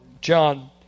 John